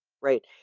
right